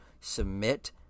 Submit